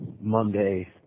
Monday